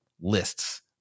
lists